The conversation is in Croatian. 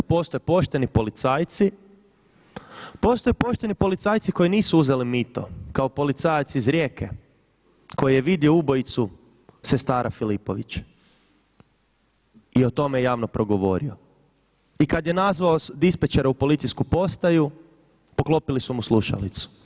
Postoje pošteni policajci, postoje pošteni policajci koji nisu uzeli mito kao policajac iz Rijeke koji je vidio ubojicu sestara Filipović i o tome javno progovorio i kad je nazvao dispečera u policijsku postaju poklopili su mu slušalicu.